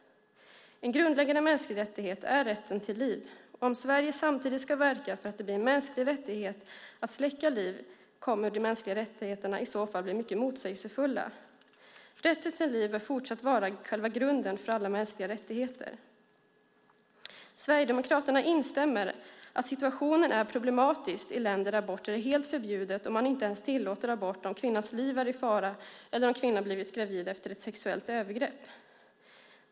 En grundläggande mänsklig rättighet är rätten till liv, och om Sverige samtidigt ska verka för att det blir en mänsklig rättighet att släcka liv kommer de mänskliga rättigheterna i så fall att bli mycket motsägelsefulla. Rätten till liv bör fortsätta att vara själva grunden för alla mänskliga rättigheter. Sverigedemokraterna instämmer i att situationen är problematisk i länder där aborter är helt förbjudet och man inte ens tillåter abort om kvinnans liv är i fara eller om kvinnan blivit gravid efter ett sexuellt övergrepp.